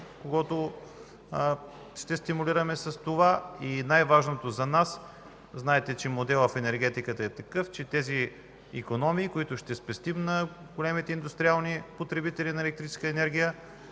когото ще стимулираме с това, и най-важното за нас – знаете, че моделът в енергетиката е такъв, че тези икономии, които ще спестим на големите индустриални потребители на електрическа енергия,